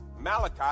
Malachi